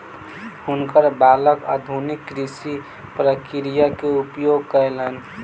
हुनकर बालक आधुनिक कृषि प्रक्रिया के उपयोग कयलैन